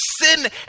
sin